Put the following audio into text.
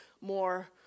more